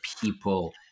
people